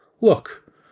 Look